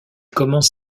commence